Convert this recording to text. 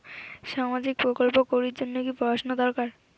সামাজিক প্রকল্প করির জন্যে কি পড়াশুনা দরকার?